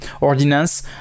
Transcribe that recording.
ordinance